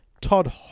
Todd